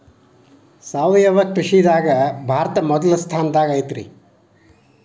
ಸಾವಯವ ಕೃಷಿದಾಗ ಭಾರತ ಮೊದಲ ಸ್ಥಾನದಾಗ ಐತ್ರಿ